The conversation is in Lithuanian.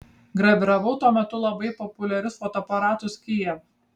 graviravau tuo metu labai populiarius fotoaparatus kijev